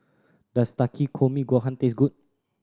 does Takikomi Gohan taste good